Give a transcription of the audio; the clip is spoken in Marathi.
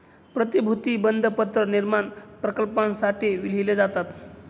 प्रतिभूती बंधपत्र निर्माण प्रकल्पांसाठी लिहिले जातात